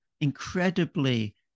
incredibly